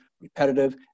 repetitive